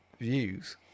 views